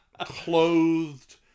clothed